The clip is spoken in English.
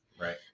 Right